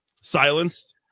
silenced